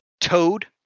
toad